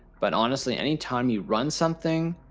but honestly, anytime you run something,